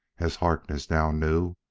as harkness now knew,